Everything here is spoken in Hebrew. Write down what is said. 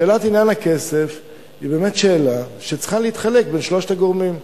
שאלת עניין הכסף היא באמת שאלה שצריכה להתחלק בין שלושת הגורמים: